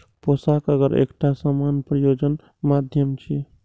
पोषक अगर एकटा सामान्य प्रयोजन माध्यम छियै